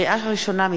לקריאה ראשונה,